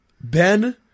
Ben